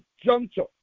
juncture